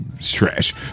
trash